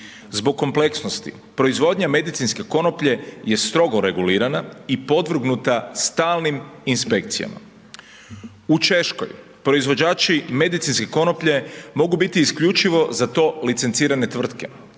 Zbog kompleksnosti proizvodnja medicinske konoplje je strogo regulirana i podvrgnuta stalnim inspekcijama. U Češkoj, proizvođači medicinske konoplje mogu biti isključivo za to licencirane tvrtke.